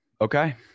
okay